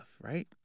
right